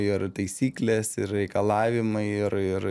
ir taisyklės ir reikalavimai ir ir